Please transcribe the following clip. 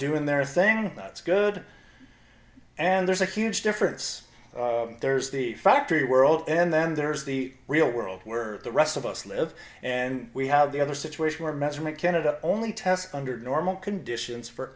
doing their thing that's good and there's a huge difference there's the factory world and then there's the real world where the rest of us live and we have the other situation where measurement canada only test under normal conditions for